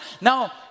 Now